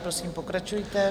Prosím, pokračujte.